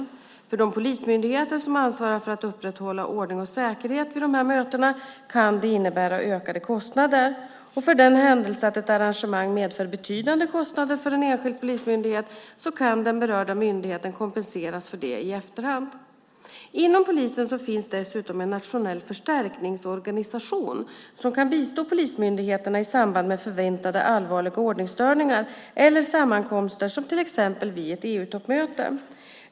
För de polismyndigheter som ansvarar för att upprätthålla ordning och säkerhet vid dessa möten kan det innebära utökade kostnader. För den händelse att ett arrangemang medför betydande kostnader för en enskild polismyndighet kan den berörda myndigheten kompenseras för det i efterhand. Inom polisen finns dessutom en nationell förstärkningsorganisation som kan bistå polismyndigheterna i samband med förväntade allvarliga ordningsstörningar eller sammankomster som till exempel vid ett EU-toppmöte.